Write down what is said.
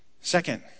Second